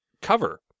cover